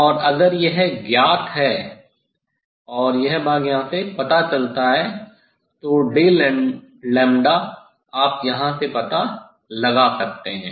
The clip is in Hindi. और अगर यह ज्ञात है और यह भाग यहां से पता चलता है तो आप यहाँ से पता लगा सकते हैं